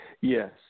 Yes